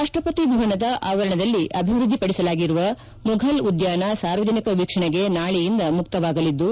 ರಾಷ್ಷಪತಿ ಭವನದ ಆವರಣದಲ್ಲಿ ಅಭಿವ್ಯದ್ವಿಪಡಿಸಲಾಗಿರುವ ಮುಘಲ್ ಉದ್ಗಾನ ಸಾರ್ವಜನಿಕ ವೀಕ್ಷಣೆಗೆ ನಾಳೆಯಿಂದ ಮುಕ್ತವಾಗಲಿದ್ದು